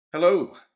Hello